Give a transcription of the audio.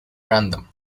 random